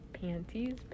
panties